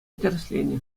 тӗрӗсленӗ